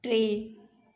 टे